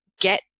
get